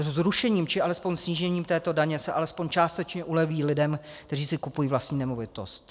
Zrušením či alespoň snížením této daně se alespoň částečně uleví lidem, kteří si kupují vlastní nemovitost.